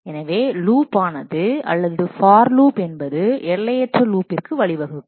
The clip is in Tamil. எனவே லூப் என்பது அல்லது ஃபார் லூப் என்பது எல்லையற்ற லூப்பிற்கு வழிவகுக்கும்